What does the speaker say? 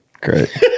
Great